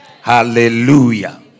Hallelujah